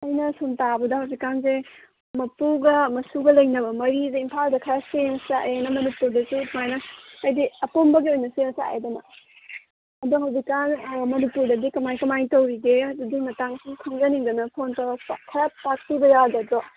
ꯑꯩꯅ ꯁꯨꯝ ꯇꯥꯕꯗ ꯍꯧꯖꯤꯛꯀꯥꯟꯁꯦ ꯃꯄꯨꯒ ꯃꯁꯨꯒ ꯂꯩꯅꯕ ꯃꯔꯤꯁꯦ ꯏꯝꯐꯥꯜꯗ ꯈꯔ ꯆꯦꯟꯁ ꯂꯥꯛꯑꯦꯅ ꯃꯅꯤꯄꯨꯔꯗꯁꯨ ꯁꯨꯃꯥꯏꯅ ꯍꯥꯏꯕꯗꯤ ꯑꯄꯨꯟꯕꯒꯤ ꯑꯣꯏꯅ ꯆꯦꯟꯁ ꯂꯥꯛꯑꯦꯗꯅ ꯑꯗꯨ ꯍꯧꯖꯤꯛꯀꯥꯟ ꯃꯅꯤꯄꯨꯔꯗꯗꯤ ꯀꯃꯥꯏ ꯀꯃꯥꯏꯅ ꯇꯧꯔꯤꯒꯦ ꯑꯗꯨꯒꯤ ꯃꯇꯥꯡꯗ ꯁꯨꯝ ꯈꯪꯖꯅꯤꯡꯗꯅ ꯐꯣꯟ ꯇꯧꯔꯛꯄ ꯈꯔ ꯇꯥꯛꯄꯤꯕ ꯌꯥꯒꯗ꯭ꯔꯣ